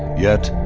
yet,